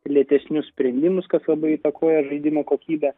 lėtesnius sprendimus kas labai įtakoja žaidimo kokybę